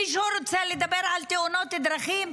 מישהו רוצה לדבר על תאונות דרכים?